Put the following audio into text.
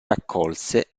raccolse